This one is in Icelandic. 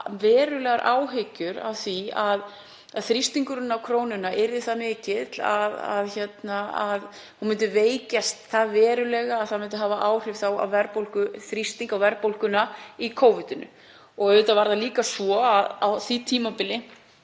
verulegar áhyggjur af því að þrýstingurinn á krónuna yrði það mikill að hún myndi veikjast verulega, að það myndi hafa áhrif á verðbólguþrýsting, á verðbólguna, í Covid. Auðvitað var þjónustujöfnuðurinn á því tímabili